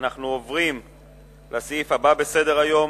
אנחנו עוברים לסעיף הבא בסדר-היום.